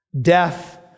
Death